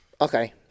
Okay